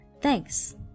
thanks